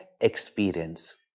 experience